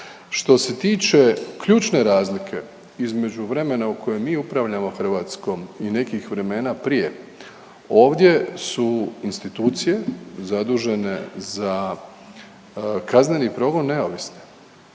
Što se tiče ključne razlike, između vremena u kojem mi upravljamo Hrvatskom i nekih vremena prije, ovdje su institucije zadužene za kazneni progon neovisne.